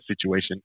situation